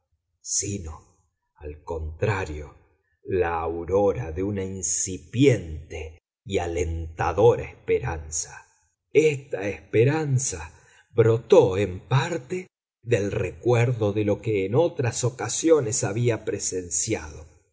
sino al contrario la aurora de una incipiente y alentadora esperanza esta esperanza brotó en parte del recuerdo de lo que en otras ocasiones había presenciado